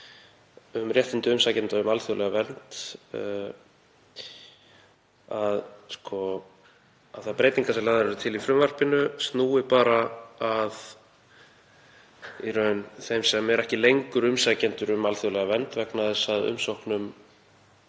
um réttindi umsækjenda um alþjóðlega vernd — að þær breytingar sem lagðar eru til í frumvarpinu snúi bara í raun að þeim sem eru ekki lengur umsækjendur um alþjóðlega vernd vegna þess að umsóknum